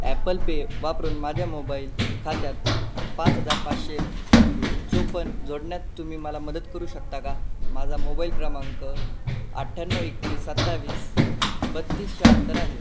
apple Pay वापरून माझ्या mobile खात्यात पाच हजार पाचशे ए चोपन्न जोडण्यात तुम्ही मला मदत करू शकता का माझा मोबाईल क्रमांक अठ्ठ्याण्णव एकवीस सत्तावीस बत्तीस शाहत्तर आहे